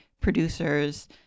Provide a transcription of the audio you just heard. producers